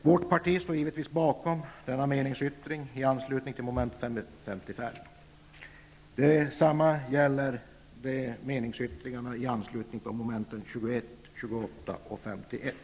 Vårt parti står givetvis bakom denna meningsyttring i anslutning till mom. 55. Detsamma gäller meningsyttringarna i anslutning till mom. 21, 28 och 51.